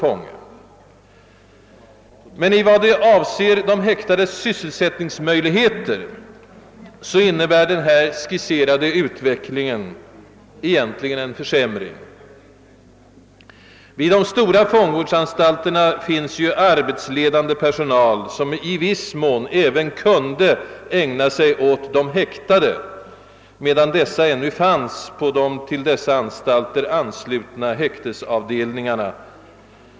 Men beträffande de häktades sysselsättningsmöjligheter innebär den skisserade utvecklingen egentligen en försämring. Vid de stora fångvårdsanstalterna finns ju arbetsledande personal som i viss mån även kunde ägna sig åt de häktade medan dessa ännu fanns på de till dessa anstalter anslutna häk tesavdelningarna.